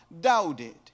doubted